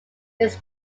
this